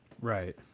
right